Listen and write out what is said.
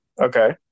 Okay